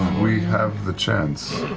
we have the chance,